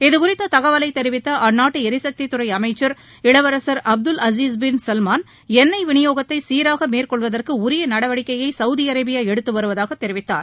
இதுகுறித்ததகவலைதெரிவித்தஅந்நாட்டுளரிசக்திதுறைஅமைச்சர் இளவரசர் Abdulaziz bin Salman எண்ணெய் விநியோகத்தைசீராகமேற்கொள்வதற்குஉரியநடவடிக்கையைசவுதிஅரேபியாஎடுத்துவருவதாகதெரிவித்தார்